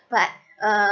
but uh